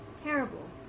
terrible